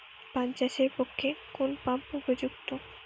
পান চাষের পক্ষে কোন পাম্প উপযুক্ত?